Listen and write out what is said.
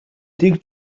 дэг